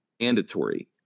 mandatory